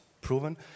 proven